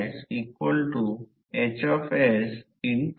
जर त्याचा diameter d असेल तर एरिया π 4 d2 असेल